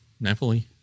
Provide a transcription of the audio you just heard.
Napoli